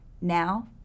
now